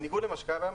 בניגוד למה שקיים היום,